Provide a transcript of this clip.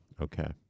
Okay